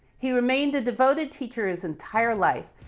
he remained a devoted teacher his entire life,